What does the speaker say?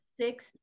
six